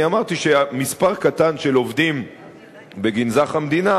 אני אמרתי שמספר קטן של עובדים בגנזך המדינה